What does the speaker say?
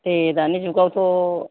ए दानि जुगावथ'